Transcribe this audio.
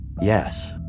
Yes